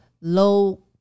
low